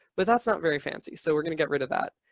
but that's not very fancy, so we're going to get rid of that.